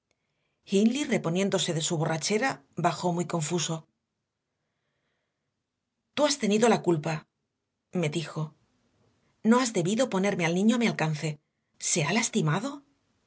hindley reponiéndose de su borrachera bajó muy confuso tú has tenido la culpa me dijo no has debido ponerme al niño a mi alcance se ha lastimado